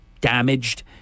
damaged